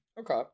Okay